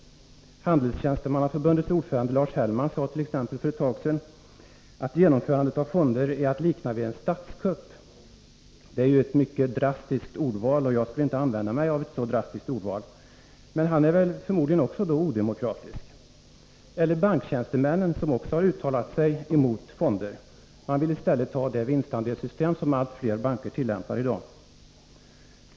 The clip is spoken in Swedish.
Handelstjänstemannaförbundets ordförande Lars Hellman sade t.ex. för ett tag sedan att genomförandet av fonder är att likna vid en statskupp. Det är ett mycket drastiskt ordval, och jag skall inte använda mig av ett sådant. Men Lars Hellman är förmodligen också odemokratisk. Banktjänstemännen har också uttalat sig mot fonder. De vill i stället ha det vinstandelssystem som allt fler banker tillämpar i dag.